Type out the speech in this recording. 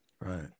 right